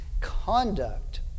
Conduct